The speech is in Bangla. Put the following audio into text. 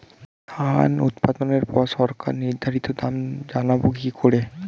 ধান উৎপাদনে পর সরকার নির্ধারিত দাম জানবো কি করে?